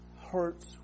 hurts